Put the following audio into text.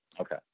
Okay